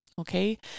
Okay